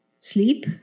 sleep